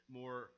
more